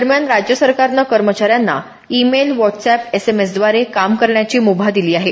दरम्यान राज्य सरकारनं कर्मचाऱ्यांना इमेल व्हॉट्सअप एसएमएसद्वारे काम करण्याची मुभा दिली आहे